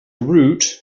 route